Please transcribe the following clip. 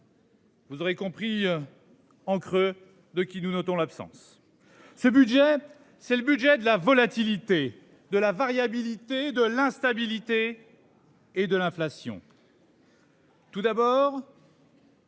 Vous aurez compris. En creux de qui nous notons l'absence ce budget, c'est le budget de la volatilité de la variabilité de l'instabilité. Et de l'inflation.-- Tout d'abord.